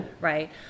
right